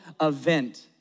event